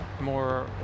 more